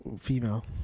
female